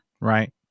Right